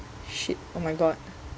!shit! oh my god